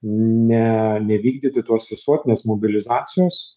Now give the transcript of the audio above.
ne nevykdyti tuos visuotinės mobilizacijos